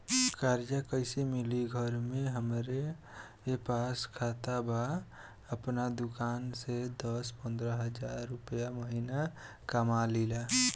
कर्जा कैसे मिली घर में हमरे पास खाता बा आपन दुकानसे दस पंद्रह हज़ार रुपया महीना कमा लीला?